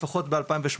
לפחות ב-2018,